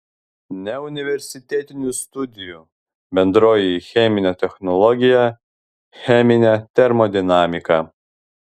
neuniversitetinių studijų bendroji cheminė technologija cheminė termodinamika